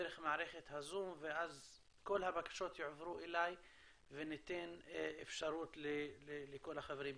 דרך מערכת הזום ואז כל הבקשות יועברו אליי וניתן אפשרות לכל החברים.